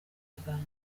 uganda